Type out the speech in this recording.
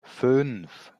fünf